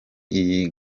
iyi